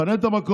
תפנה את המקום,